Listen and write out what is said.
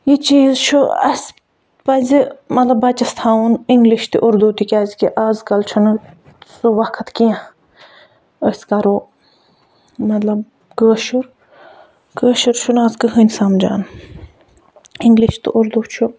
یہِ چیٖز چھُ اَسہِ پَزِ مطلب بَچَس تھاوُن اِنٛگلِش تہِ اُردُو تہِ کیٛازِکہ آزکَل چھِنہٕ سُہ وقت کیٚنہہ أسۍ کَرَو مطلب کٲشُر کٲشُر چھِنہٕ آز کٕہۭنۍ سَمجھان اِنٛگلِش تہٕ اُردو چھُ